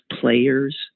players